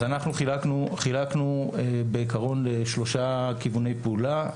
אז אנחנו חילקנו בעקרון לשלושה כיווני פעולה.